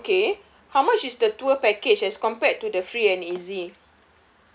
oh okay how much is the tour package as compared to the free and easy